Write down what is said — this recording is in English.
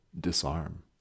disarm